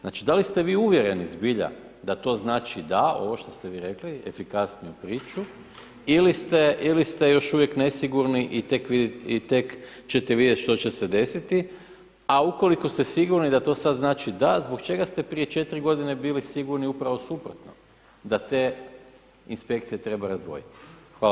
Znači da li ste vi uvjereni zbilja da to znači DA, ovo šta ste vi rekli, efikasniju priču, ili ste, ili ste još uvijek nesigurni i tek će te vidjeti što će se desiti, a ukoliko ste sigurni da to znači DA, zbog čega ste prije četiri godine bili sigurni upravo suprotno, da te inspekcije treba razdvojiti?